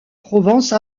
provence